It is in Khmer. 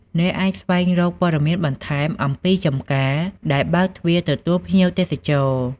អ្នកអាចស្វែងរកព័ត៌មានបន្ថែមអំពីចម្ការដែលបើកទ្វារទទួលភ្ញៀវទេសចរ។